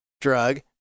drug